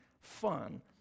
fun